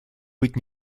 быть